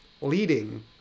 leading